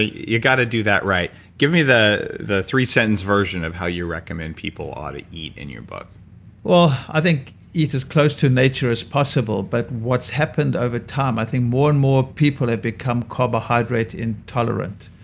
you got to do that right. give me the the three sentence version of how you recommend people ought to eat in your book well, i think eat as close to nature as possible. but what's happened over time, i think more and more people have become carbohydrate intolerant.